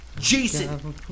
Jason